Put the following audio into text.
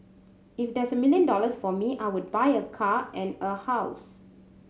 if there's a million dollars for me I would buy a car and a house